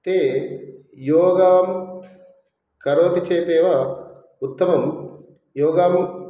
ते योगं करोति चेदेव उत्तमं योगं